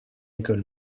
école